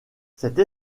cette